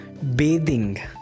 bathing